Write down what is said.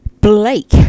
blake